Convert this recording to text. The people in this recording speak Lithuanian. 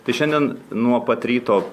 tai šiandien nuo pat ryto